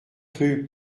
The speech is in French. rue